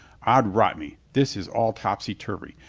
od rot me, this is all topsy turvy.